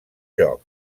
joc